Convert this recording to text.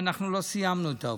ואנחנו לא סיימנו את העבודה,